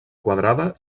quadrada